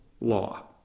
law